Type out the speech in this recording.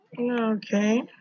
Okay